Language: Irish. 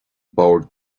bord